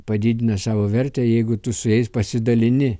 padidina savo vertę jeigu tu su jais pasidalini